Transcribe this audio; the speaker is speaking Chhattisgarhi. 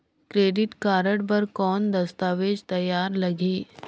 क्रेडिट कारड बर कौन दस्तावेज तैयार लगही?